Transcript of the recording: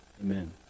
Amen